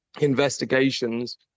investigations